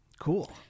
cool